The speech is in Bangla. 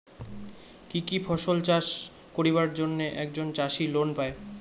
কি কি ফসল চাষ করিবার জন্যে একজন চাষী লোন পায়?